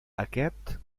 aquest